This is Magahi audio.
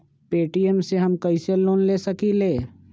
पे.टी.एम से हम कईसे लोन ले सकीले?